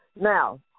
Now